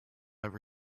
ever